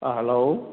ओ हेल'